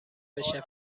بشه